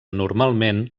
normalment